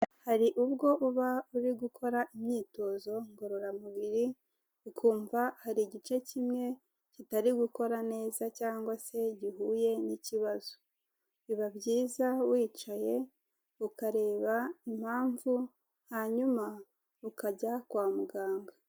Hari ubwo uba uri gukora imyitozo ngororamubiri, ukumva hari igice kimwe kitari gukora neza cyangwa se gihuye n'ikibazo. Biba byiza wicaye ukareba impamvu hanyuma ukajya kwa muganga.